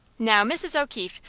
now, mrs. o'keefe,